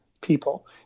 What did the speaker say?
people